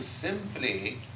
simply